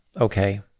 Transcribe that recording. Okay